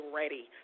ready